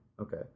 okay